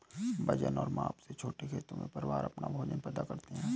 वजन और माप से छोटे खेतों में, परिवार अपना भोजन पैदा करते है